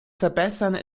verbessern